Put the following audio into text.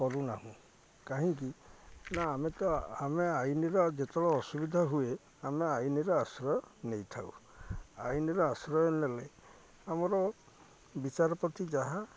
କରୁନାହୁଁ କାହିଁକିନା ଆମେ ତ ଆମେ ଆଇନର ଯେତେବେଳେ ଅସୁବିଧା ହୁଏ ଆମେ ଆଇନର ଆଶ୍ରୟ ନେଇଥାଉ ଆଇନର ଆଶ୍ରୟ ନେଲେ ଆମର ବିଚାର ପ୍ରତି ଯାହା